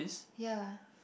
ya